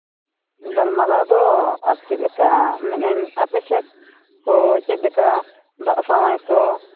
ᱜᱟᱞᱢᱟᱨᱟᱣ ᱫᱚ ᱟᱨ ᱪᱮᱫ ᱞᱮᱠᱟ ᱢᱮᱱᱮᱫᱼᱟᱹᱧ ᱟᱯᱮ ᱥᱮᱫ ᱛᱚ ᱪᱮᱫ ᱞᱮᱠᱟ ᱫᱟᱜ ᱥᱟᱶᱟᱭ ᱠᱚ